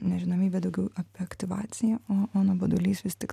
nežinomybė daugiau apie aktyvaciją o o nuobodulys vis tik